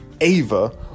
Ava